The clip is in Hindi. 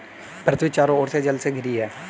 पृथ्वी चारों ओर से जल से घिरी है